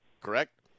correct